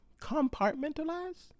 Compartmentalize